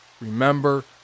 remember